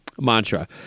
mantra